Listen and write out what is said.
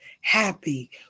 happy